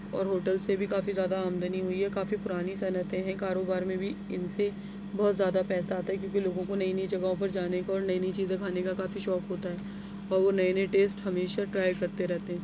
اور ہوٹل سے بھی کافی زیادہ آمدنی ہوئی ہے کافی پرانی صنعتیں ہیں کاروبار میں بھی اِن سے بہت زیادہ پیسہ آتا ہے کیونکہ لوگوں کو نئی نئی جگہوں پہ جانے کا اور نئی نئی چیزیں کھانے کا کافی شوق ہوتا ہے اور وہ نئے نئے ٹیسٹ ہمیشہ ٹرائی کرتے رہتے ہیں